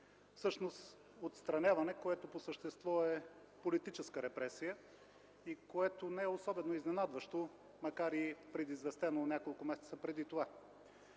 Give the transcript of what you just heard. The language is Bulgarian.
– отстраняване, което по същество е политическа репресия и което не е особено изненадващо, макар и предизвестено няколко месеца преди това.